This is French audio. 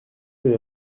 avez